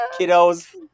kiddos